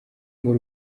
ngo